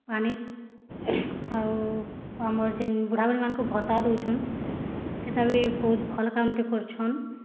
ପାଣିର୍ ଆଉ ଆମର୍ ଜେନ୍ ବୁଢ଼ା ବୁଢ଼ୀ ମାନଙ୍କୁ ଭତ୍ତା ଦେଉଛନ୍ ସେଟା ବି ବହୁତ୍ ଭଲ୍ କାମ୍ଟେ କରିଛନ୍